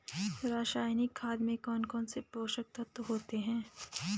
रासायनिक खाद में कौन कौन से पोषक तत्व होते हैं?